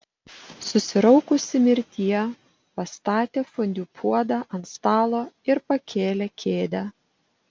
susiraukusi mirtie pastatė fondiu puodą ant stalo ir pakėlė kėdę